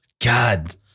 God